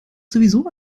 sowieso